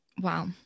Wow